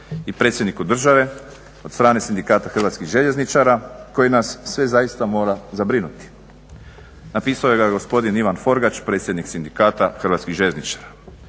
i predsjedniku države od strane Sindikata hrvatskih željezničara koji nas sve zaista mora zabrinuti. Napisao ga je gospodin Ivan Forgač predsjednik Sindikata hrvatskih željezničara,